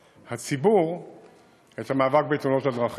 הציבור את המאבק בתאונות הדרכים.